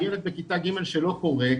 ילד בכיתה ג' שלא קורא,